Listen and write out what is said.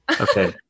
Okay